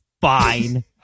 fine